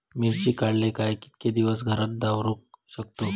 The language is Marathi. मिर्ची काडले काय कीतके दिवस घरात दवरुक शकतू?